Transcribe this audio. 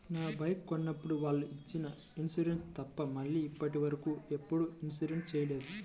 నా బైకు కొన్నప్పుడు వాళ్ళు ఇచ్చిన ఇన్సూరెన్సు తప్ప మళ్ళీ ఇప్పటివరకు ఎప్పుడూ రెన్యువల్ చేయలేదు